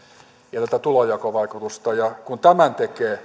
tätä tulonjakovaikutusta ja kun tämän tekee